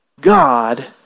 God